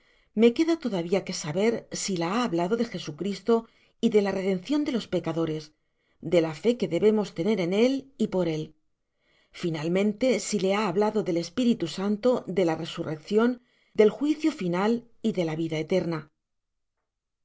me queda todavia que saber si la ha hablado de jesucristo y de la redencion de los pecadores de la fé que debemos tener en él y por él finalmente si le ha hablado del espiritu santo de la resurreccion del juicio final y de la vida eterna